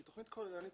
לתכנית כוללנית,